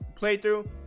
playthrough